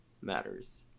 matters